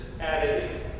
added